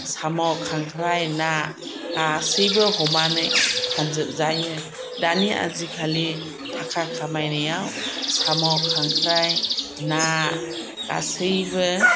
साम' खांख्राइ ना गासैबो हमनानै फानजोबजायो दानि आजिकालि थाखा खामायनायाव साम' खांख्राइ ना गासैबो